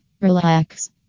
Relax